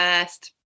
first